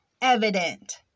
evident